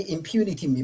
Impunity